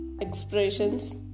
expressions